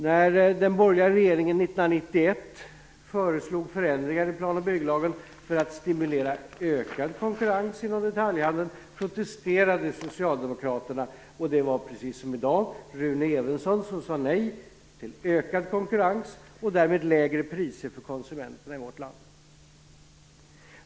När den borgerliga regeringen 1991 föreslog förändringar i plan och bygglagen för att att stimulera ökad konkurrens inom detaljhandeln, protesterade socialdemokraterna. Det var, precis som i dag, Rune Evensson som sade nej till ökad konkurrens och därmed till lägre priser för konsumenterna i vårt land.